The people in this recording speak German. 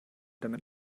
damit